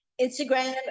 instagram